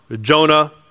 Jonah